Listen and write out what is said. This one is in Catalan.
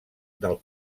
del